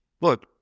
look